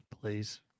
please